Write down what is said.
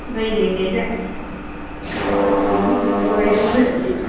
ꯂꯩꯔꯤꯉꯩꯗ ꯈꯔ ꯁꯨꯅ ꯁꯨꯅꯕ ꯂꯩꯍꯧꯗ꯭ꯔꯗꯤ